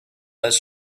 does